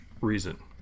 reason